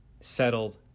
settled